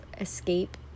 escape